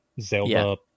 Zelda